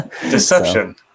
Deception